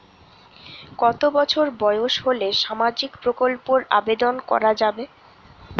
কত বছর বয়স হলে সামাজিক প্রকল্পর আবেদন করযাবে?